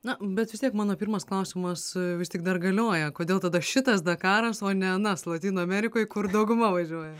na bet vis tiek mano pirmas klausimas vis tik dar galioja kodėl tada šitas dakaras o ne anas lotynų amerikoj kur dauguma važiuoja